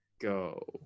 Go